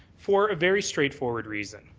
for a very straight forward reason.